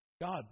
God